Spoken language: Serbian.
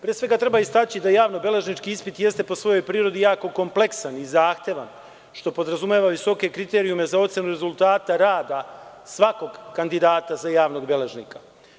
Pre svega, treba istaći da javno-beležnički ispit jeste po svojoj prirodi jako kompleksan i zahtevan, što podrazumeva visoke kriterijume za ocenu rezultata rada svakog kandidata za javnog beležnika.